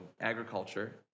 agriculture